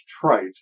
trite